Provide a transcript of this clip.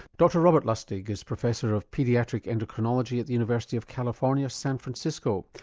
dr robert lustig is professor of pediatric endocrinology at the university of california, san francisco.